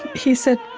he said,